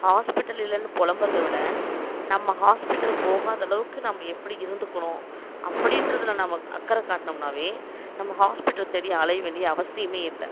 hospital இல்லைன்னு புலம்புறத விட நம்ம ஹாஸ்பிடல் போகாத அளவுக்கு நம்ம எப்படி இருந்துக்கணும் அப்படின்றதுல நம்ம அக்கறை காட்டினோம்னால் நம்ம ஹாஸ்பிடல் தேடி அலைய வேண்டிய அவசியமே இல்லை